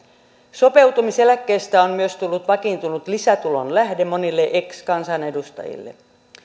sopeutumiseläkkeestä on myös tullut vakiintunut lisätulonlähde monille ex kansanedustajille